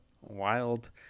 wild